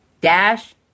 dash